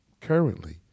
currently